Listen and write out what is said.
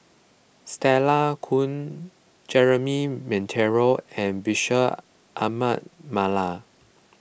Stella Kon Jeremy Monteiro and Bashir Ahmad Mallal